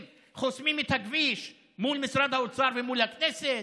חוסמים את הכביש מול משרד האוצר ומול הכנסת,